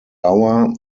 hour